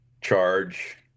charge